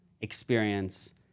experience